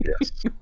yes